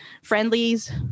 friendlies